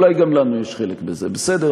אולי גם לנו יש חלק בזה, בסדר?